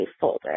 folder